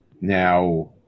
Now